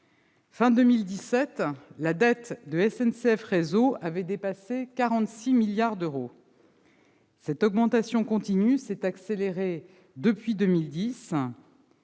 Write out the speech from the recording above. de 2017, la dette de SNCF Réseau avait dépassé 46 milliards d'euros. Cette augmentation continue s'est accélérée depuis 2010,